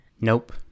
nope